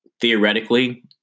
Theoretically